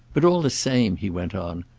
but all the same, he went on,